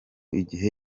igihe